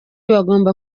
bagomba